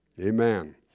Amen